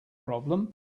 problem